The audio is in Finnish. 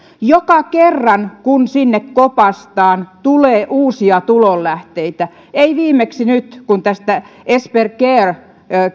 joka kerta kun sinne kopaistaan tulee uusia tulonlähteitä viimeksi nyt kun tästä esperi care